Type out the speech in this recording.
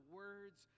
words